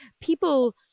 people